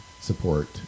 support